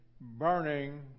burning